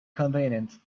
convenient